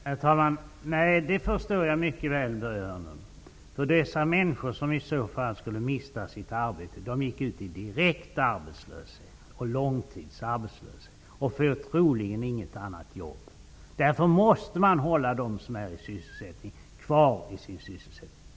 Herr talman! Det förstår jag mycket väl, Börje Hörnlund. Dessa människor, som i så fall skulle mista sitt arbete, skulle gå ut i direkt arbetslöshet, en lång sådan. Det skulle troligen inte få något annat jobb. Därför måste man hålla dem som har sysselsättning kvar i sin sysselsättning.